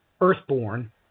earthborn